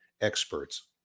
experts